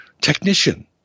technician